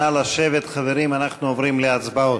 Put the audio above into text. נא לשבת, חברים, אנחנו עוברים להצבעות.